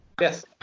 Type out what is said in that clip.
yes